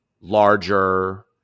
larger